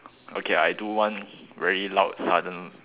okay I do one very loud sudden